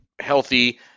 healthy